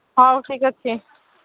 ହଉ ଠିକ୍ ଅଛି